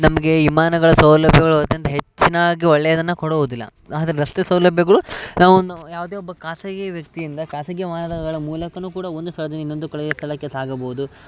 ನಮಗೆ ವಿಮಾನಗಳ ಸೌಲಭ್ಯಗಳು ಅತ್ಯಂತ ಹೆಚ್ಚಿನಾಗಿ ಒಳ್ಳೆಯದನ್ನು ಕೊಡೋದಿಲ್ಲ ಆದರೆ ರಸ್ತೆ ಸೌಲಭ್ಯಗಳು ಯಾವುದೇ ಒಬ್ಬ ಖಾಸಗಿ ವ್ಯಕಿಯಿಂದ ಖಾಸಗಿ ವಾಹನಗಳ ಮೂಲಕವೂ ಕೂಡ ಒಂದು ಸ್ಥಳದಿಂದ ಇನ್ನೊಂದು ಕಡೆಗೆ ಸ್ಥಳಕ್ಕೆ ಸಾಗಬೌದು